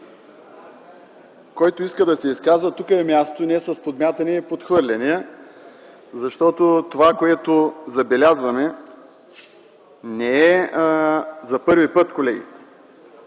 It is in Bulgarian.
Който иска да се изказва, тук е мястото, а не с подмятания и подхвърляния, защото това, което забелязваме, не е за първи път, колеги.